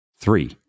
Three